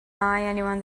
anyone